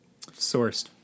sourced